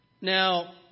Now